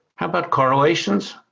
how about correlations?